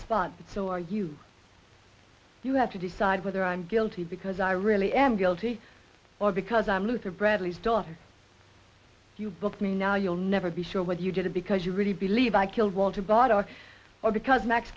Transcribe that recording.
but so are you you have to decide whether i'm guilty because i really am guilty or because i'm luther bradley's daughter if you book me now you'll never be sure what you did because you really believe i killed walter bardach or because ma